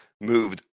moved